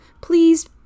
please